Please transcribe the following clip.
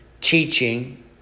teaching